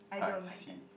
I see